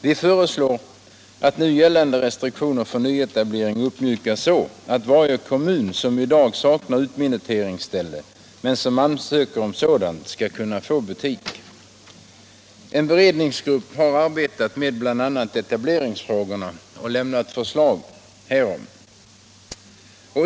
Vi föreslår att nu gällande restriktioner för nyetablering uppmjukas så att varje kommun som i dag saknar utminuteringsställe men som ansöker om sådant skall kunna få en butik. En beredningsgrupp har arbetat med bl.a. etableringsfrågorna och lämnat förslag härom.